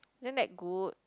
isn't that good